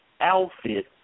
outfit